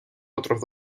otros